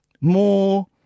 more